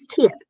tip